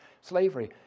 slavery